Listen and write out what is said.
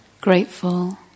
Grateful